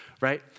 right